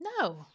No